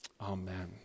Amen